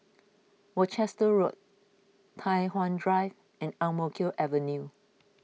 Worcester Road Tai Hwan Drive and Ang Mo Kio Avenue